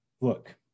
Look